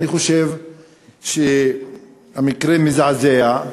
אני חושב שהמקרה מזעזע.